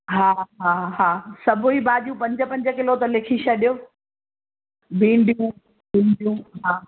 हा हा हा सभई भाॼियूं पंज पंज किलो त लिखी छॾियो भिंडियूं भिंडियूं हा